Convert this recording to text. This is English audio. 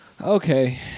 okay